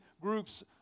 groups